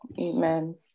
Amen